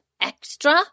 extra